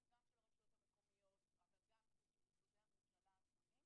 גם של הרשויות המקומיות וגם של משרדי הממשלה השונים.